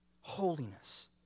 holiness